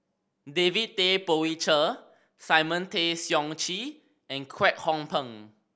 David Tay Poey Cher Simon Tay Seong Chee and Kwek Hong Png